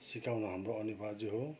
सिकाउन हाम्रो अनिवार्य हो